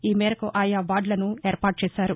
ఈ మేరకు ఆయా వార్డ్లను ఏర్పాటు చేశారు